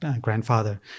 grandfather